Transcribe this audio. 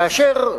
כאשר,